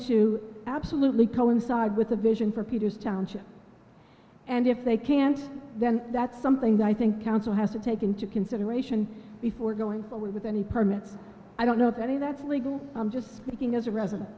to absolutely coincide with a vision for peter's township and if they can't then that's something that i think council has to take into consideration before going away with any permits i don't know of any that's legal i'm just speaking as a resident